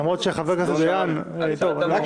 למרות שחבר הכנסת דיין טוב, אני לא אעיר.